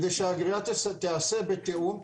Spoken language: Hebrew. כדי שהגריעה תיעשה בתאום.